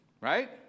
Right